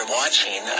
watching